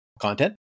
content